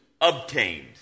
obtained